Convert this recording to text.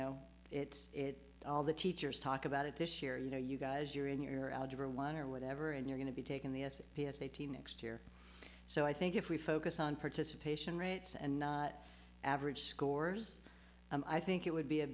know it's all the teachers talk about it this year you know you guys you're in your algebra one or whatever and you're going to be taken the p s a t next year so i think if we focus on participation rates and average scores i think it would be a